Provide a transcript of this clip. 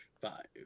Five